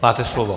Máte slovo.